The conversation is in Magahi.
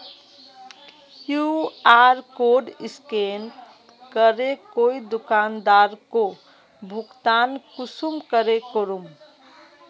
कियु.आर कोड स्कैन करे कोई दुकानदारोक भुगतान कुंसम करे करूम?